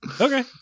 Okay